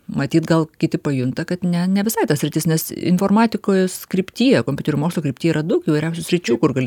matyt gal kiti pajunta kad ne ne visai ta sritis nes informatikos kryptyje kompiuterių mokslo kryptyje yra daug įvairiausių sričių kur gali